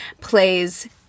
plays